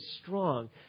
strong